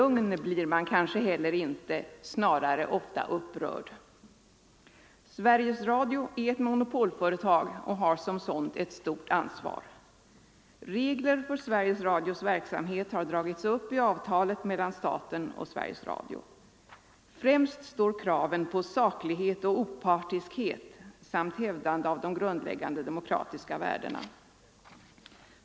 Lugn blir man kanske inte heller — snarare ofta upprörd. Sveriges Radio är ett monopolföretag och har som sådant ett stort ansvar. Regler för Sveriges Radios verksamhet har dragits upp i avtalet mellan staten och Sveriges Radio. Främst står kraven på saklighet och opartiskhet samt hävdande av de grundläggande demokratiska värdena.